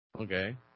Okay